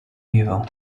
evil